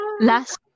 Last